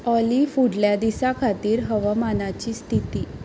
ऑली फुडल्या दिसा खातीर हवामानाची स्थिती